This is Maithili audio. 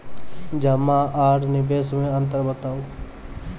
जमा आर निवेश मे अन्तर बताऊ?